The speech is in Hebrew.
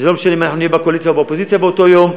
וזה לא משנה אם אנחנו נהיה בקואליציה או באופוזיציה באותו יום,